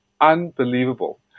unbelievable